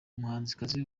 umuhanzikazi